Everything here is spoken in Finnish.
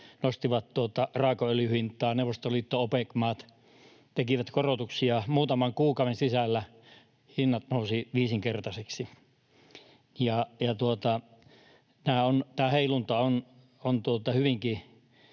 nostivat raakaöljyn hintaa, Neuvostoliitto, Opec-maat tekivät korotuksia. Muutaman kuukauden sisällä hinnat nousivat viisinkertaiseksi. Tämä heilunta on hyvinkin